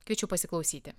kviečiu pasiklausyti